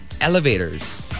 elevators